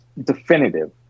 definitive